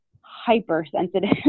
hypersensitive